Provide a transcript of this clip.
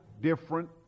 different